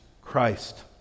christ